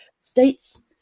states